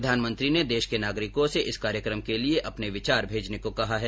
प्रधानमंत्री ने देश के नागरिकों से इस कार्यक्रम के लिये अपने विचार भेजने को कहा है